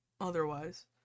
Otherwise